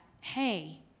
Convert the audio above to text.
hey